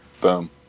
Boom